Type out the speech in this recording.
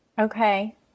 Okay